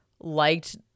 liked